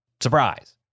Surprise